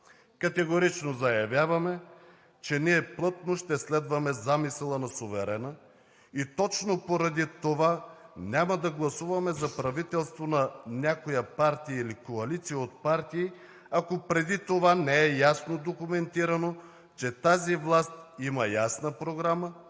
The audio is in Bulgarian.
Категорично заявяваме, че плътно ще следваме замисъла на суверена и точно поради това няма да гласуваме за правителство на някоя партия или коалиция от партии, ако преди това не е ясно документирано, че тази власт има ясна програма